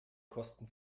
kosten